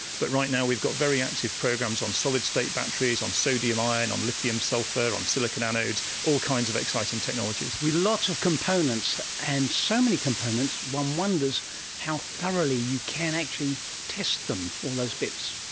but right now we've got very active programs on solid-state batteries, on sodium ion, on lithium sulphur, on silicon anodes, all kinds of exciting technologies. with lots of components, and so many components, one wonders how thoroughly you can actually test them, all those bits.